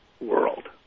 world